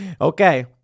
Okay